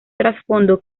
trasfondo